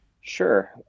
Sure